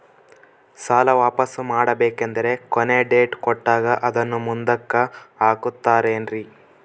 ಸಾಲ ವಾಪಾಸ್ಸು ಮಾಡಬೇಕಂದರೆ ಕೊನಿ ಡೇಟ್ ಕೊಟ್ಟಾರ ಅದನ್ನು ಮುಂದುಕ್ಕ ಹಾಕುತ್ತಾರೇನ್ರಿ?